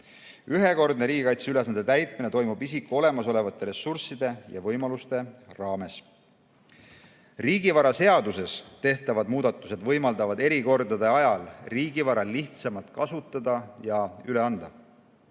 Ühekordne riigikaitseülesannete täitmine toimub isiku olemasolevate ressursside ja võimaluste piires. Riigivaraseaduses tehtavad muudatused võimaldavad erikordade ajal riigivara lihtsamalt kasutada ja üle anda.